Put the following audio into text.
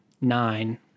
nine